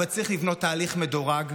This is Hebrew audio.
אבל צריך לבנות תהליך מדורג.